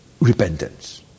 repentance